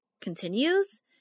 continues